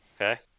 Okay